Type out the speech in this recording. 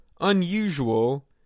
unusual